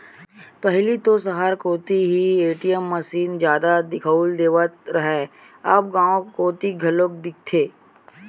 पहिली तो सहर कोती ही ए.टी.एम मसीन जादा दिखउल देवत रहय अब गांव कोती घलोक दिखथे